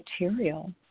material